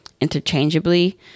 interchangeably